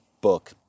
book